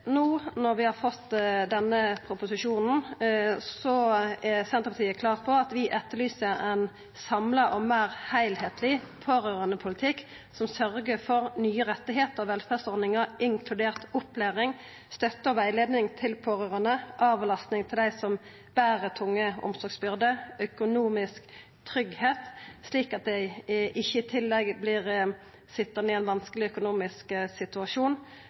Når vi no har fått denne proposisjonen, er Senterpartiet klar på at vi etterlyser ein samla og meir heilskapleg pårørandepolitikk som sørgjer for nye rettar og velferdsordningar, inkludert opplæring, støtte og rettleiing til pårørande, avlastning til dei som ber tunge omsorgsbyrder, økonomisk tryggleik, slik at dei ikkje i tillegg vert sitjande i ein vanskeleg økonomisk situasjon,